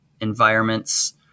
environments